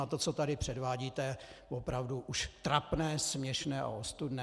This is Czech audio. A to, co tady předvádíte, je opravdu už trapné, směšné a ostudné.